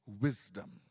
wisdom